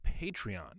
Patreon